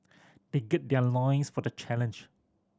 they gird their loins for the challenge